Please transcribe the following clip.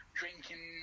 drinking